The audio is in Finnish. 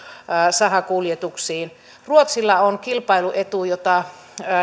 sahakuljetuksiin ruotsilla on kilpailuetu jota